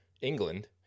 England